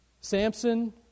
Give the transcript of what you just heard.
Samson